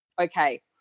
okay